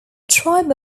tribe